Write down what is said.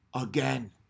again